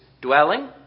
dwelling